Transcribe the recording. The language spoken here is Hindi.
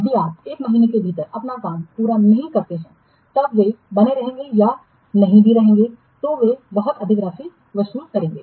यदि आप 1 महीने के भीतर अपना काम पूरा नहीं करते हैं तब वे बने रहेंगे या नहीं भी रहेंगे तो वे बहुत अधिक राशि वसूल करेंगे